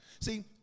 See